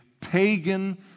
pagan